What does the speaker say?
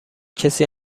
کسی